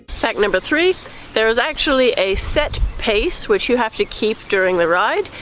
fact number three there is actually a set pace which you have to keep during the ride.